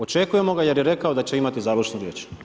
Očekujemo ga jer je rekao da će imati završnu riječ.